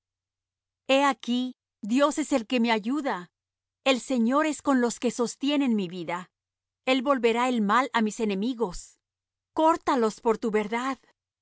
he aquí dios es el que me ayuda el señor es con los que sostienen mi vida el volverá el mal á mis enemigos córtalos por tu verdad